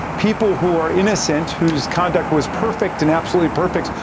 people who are innocent, whose conduct was perfect and absolutely perfect,